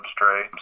substrate